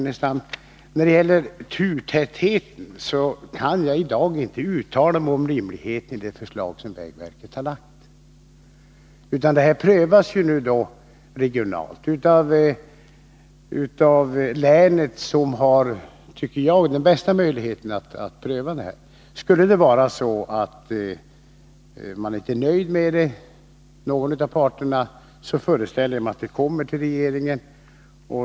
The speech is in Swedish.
Herr talman! När det gäller turtätheten kan jag i dag inte uttala mig om rimligheten i det förslag som vägverket har framlagt, Lars Ernestam. Det här prövas nu regionalt av länet, som har, tycker jag, den bästa möjligheten att göra det. Skulle det vara så att någon av parterna inte är nöjd med resultatet föreställer jag mig att ärendet kommer till regeringen.